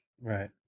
Right